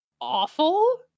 awful